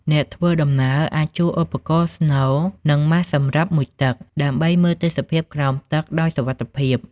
អ្នកធ្វើដំណើរអាចជួលឧបករណ៍ស្នូល និងម៉ាសសម្រាប់មុជទឹក ដើម្បីមើលទេសភាពក្រោមទឹកដោយសុវត្ថិភាព។